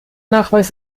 nachweis